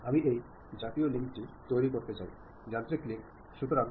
തീർച്ചയായും ചിലപ്പോൾ മാർഗ്ഗതടസ്സങ്ങൾ ഉണ്ടാകാം